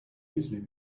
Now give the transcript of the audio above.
easily